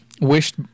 wished